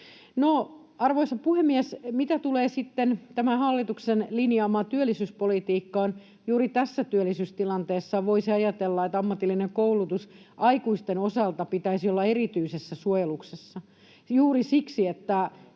Arvoisa puhemies! Mitä tulee sitten tämän hallituksen linjaamaan työllisyyspolitiikkaan, niin juuri tässä työllisyystilanteessa voisi ajatella, että ammatillisen koulutuksen aikuisten osalta pitäisi olla erityisessä suojeluksessa, juuri siksi, että